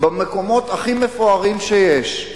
במקומות הכי מפוארים שיש.